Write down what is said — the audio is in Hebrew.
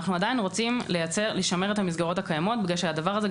אנחנו עדיין רוצים לשמר את המסגרות הקיימות בגלל שהדבר הזה,